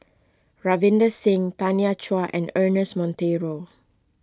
Ravinder Singh Tanya Chua and Ernest Monteiro